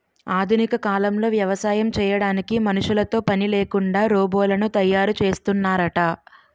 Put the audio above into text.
ఆధునిక కాలంలో వ్యవసాయం చేయడానికి మనుషులతో పనిలేకుండా రోబోలను తయారు చేస్తున్నారట